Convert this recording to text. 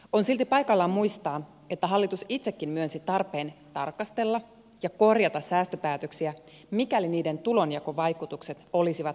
on silti paikallaan muistaa että hallitus itsekin myönsi tarpeen tarkastella ja korjata säästöpäätöksiä mikäli niiden tulonjakovaikutukset olisivat epäoikeudenmukaisia